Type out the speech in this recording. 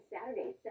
Saturday